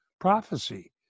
prophecy